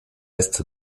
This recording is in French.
est